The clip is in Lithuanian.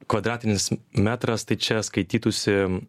kvadratinis metras tai čia skaitytųsi